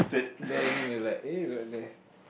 then it's like eh got that